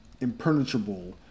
impenetrable